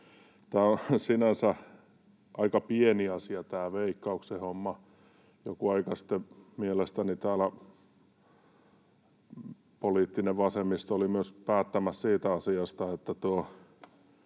Tämä Veikkauksen homma on sinänsä aika pieni asia. Joku aika sitten mielestäni täällä poliittinen vasemmisto oli päättämässä myös siitä asiasta,